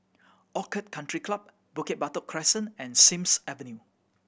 Orchid Country Club Bukit Batok Crescent and Sims Avenue